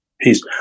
Peace